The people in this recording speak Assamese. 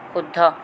শুদ্ধ